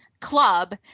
club